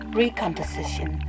recomposition